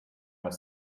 are